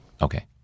Okay